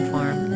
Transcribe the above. Farm